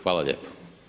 Hvala lijepo.